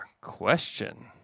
question